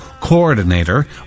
coordinator